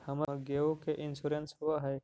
हमर गेयो के इंश्योरेंस होव है?